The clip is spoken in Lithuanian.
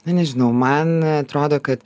na nežinau man atrodo kad